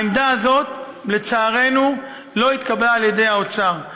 העמדה הזאת, לצערנו, לא התקבלה על ידי האוצר.